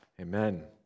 amen